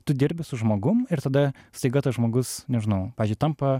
tu dirbi su žmogum ir tada staiga tas žmogus nežinau pavyzdžiui tampa